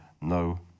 no